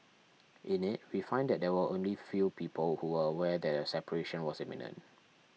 in it we find that there were only few people who were aware that a separation was imminent